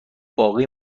باقی